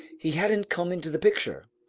he hadn't come into the picture.